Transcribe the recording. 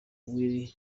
willy